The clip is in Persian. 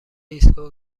ایستگاه